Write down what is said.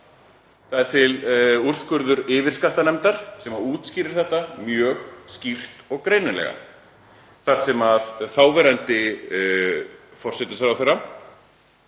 Það er til úrskurður yfirskattanefndar sem útskýrir þetta mjög skýrt og greinilega, þar sem þáverandi forsætisráðherra